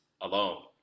alone